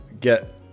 get